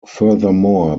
furthermore